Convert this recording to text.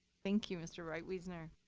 thank you, mr. reitweisner.